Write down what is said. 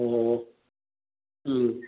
ꯑꯣ ꯎꯝ